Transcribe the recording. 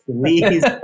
please